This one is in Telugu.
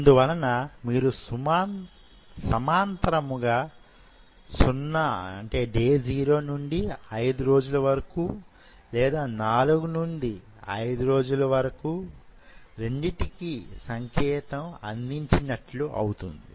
అందువలన మీరు సమాంతరముగా 0 నుండి 5 రోజుల వరకు లేక 4 నుండి 5 రోజుల వరకు రెండింటికీ సంకేతం అందించినట్లు అవుతుంది